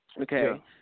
Okay